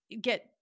get